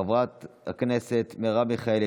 חברת הכנסת מרב מיכאלי,